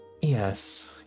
Yes